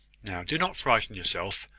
now, do not frighten yourself,